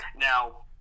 Now